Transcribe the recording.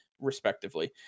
respectively